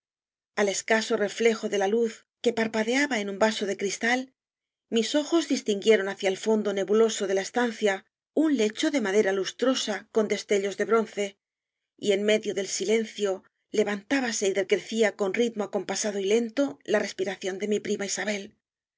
al escaso reflejo de la luz que parpadeaba en un vaso de cristal mis ojos distinguieron hacia el fondo nebu loso de la estancia un lecho de madera lusbiblioteca nacional de españa trosa con destellos de bronce y en medio del silencio levantábase y decrecía con ritmo acompasado y lento la respiración de mi pri ma isabel